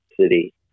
city